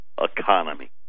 economy